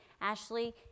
Ashley